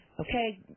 Okay